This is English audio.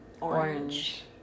orange